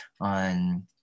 on